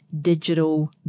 digital